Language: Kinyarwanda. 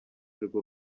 arirwo